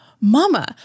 mama